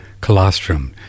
colostrum